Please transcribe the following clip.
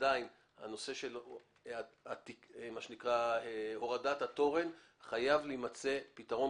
עדיין בעניין הורדת התורן חייב להימצא פתרון